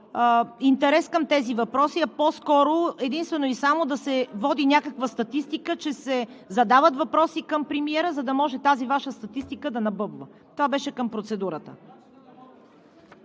интерес към тези въпроси, а по-скоро единствено и само да се води някаква статистика, че се задават въпроси към премиера, за да може тази Ваша статистика да набъбва. Това беше към процедурата.